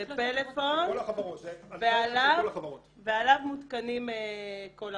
זה פלאפון ועליו מותקנים כל החברות.